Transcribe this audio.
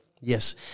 Yes